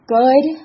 good